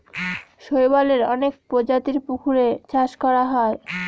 শৈবালের অনেক প্রজাতির পুকুরে চাষ করা হয়